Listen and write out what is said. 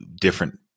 different